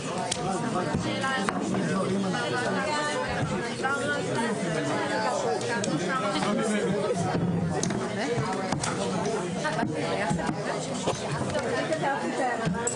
14:00.